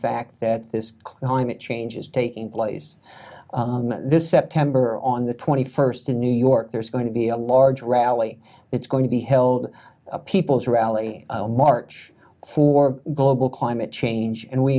fact that this climate change is taking place this september on the twenty first in new york there's going to be a large rally it's going to be held a people's rally march for global climate change and we